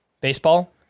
baseball